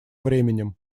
временем